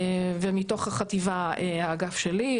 ומתוך החטיבה האגף שלי,